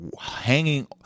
hanging